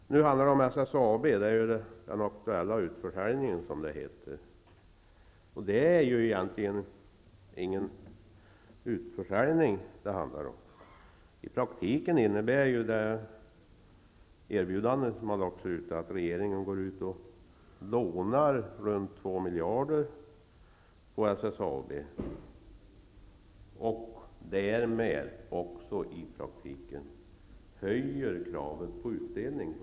Nu handlar det om SSAB och den aktuella utförsäljningen. Det är egentligen inte någon utförsäljning, utan i praktiken är det ett erbjudande, där regeringen går ut och lånar ca 2 miljarder på SSAB och därmed också höjer kravet på utdelning.